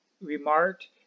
remarked